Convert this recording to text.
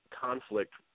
conflict